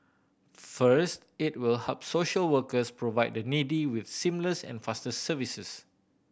first it will help social workers provide the needy with seamless and faster services